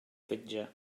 fetge